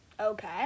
Okay